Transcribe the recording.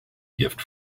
gift